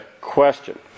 question